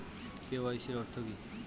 KYC অর্থ কি?